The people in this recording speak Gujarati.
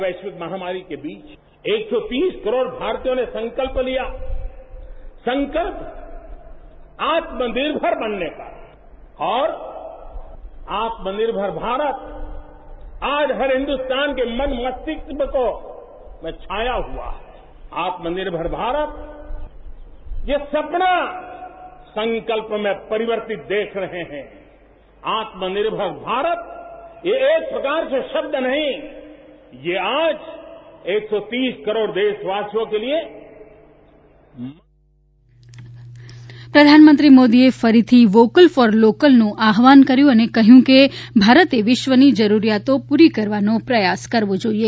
બાઇટ આત્મનિર્ભર મોદી પ્રધાનમંત્રી મોદીએ ફરીથી વોકલ ફોર લોકલનું આહવાહન કર્યું અને કહ્યું કે ભારતે વિશ્વની જરૂરિયાતો પૂરી કરવાનો પ્રયાસ કરવો જોઇએ